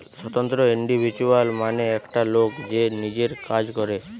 স্বতন্ত্র ইন্ডিভিজুয়াল মানে একটা লোক যে নিজের কাজ করে